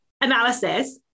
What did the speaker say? analysis